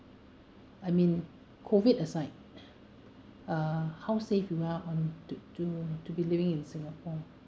I mean COVID aside uh how safe we are on to to to be living in singapore